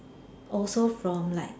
also from like